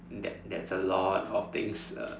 that that's a lot of things uh